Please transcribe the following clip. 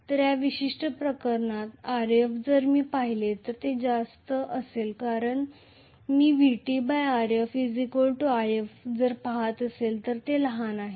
तर या विशिष्ट प्रकरणात Rf जर मी पाहिले तर हे जास्त असेल कारण मी Vt Rf If जर पाहत आहे तर ते लहान आहे